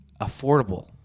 affordable